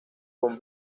con